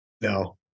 No